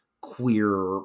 queer